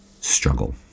struggle